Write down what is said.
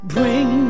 Bring